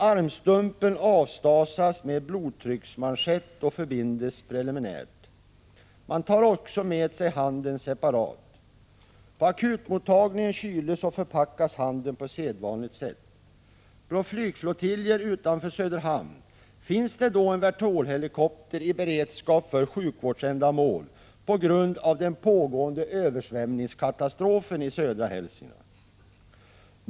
Armstumpen avstasas med blodtrycksmanschett och förbindes preliminärt. Man tar också med sig handen separat. På akutmottagningen kyles och förpackas handen på sedvanligt sätt. På flygflottiljen utanför Söderhamn finns då en vertolhelikopter i beredskap för sjukvårdsändamål på grund av den pågående översvämningskatastrofen i södra Hälsingland.